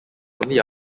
only